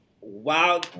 wow